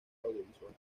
audiovisual